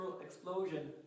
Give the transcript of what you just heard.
Explosion